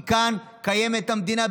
כי כאן קיימת המדינה,